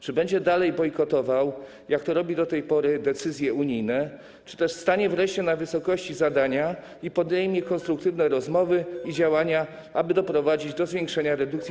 Czy będzie dalej bojkotował, jak to robi do tej pory, decyzje unijne, czy też stanie wreszcie na wysokości zadania i podejmie konstruktywne rozmowy i działania, aby doprowadzić do zwiększenia redukcji